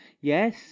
yes